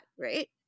right